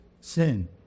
sin